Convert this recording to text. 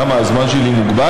למה, הזמן שלי מוגבל?